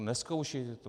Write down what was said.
Nezkoušejte to.